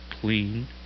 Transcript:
clean